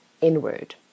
inward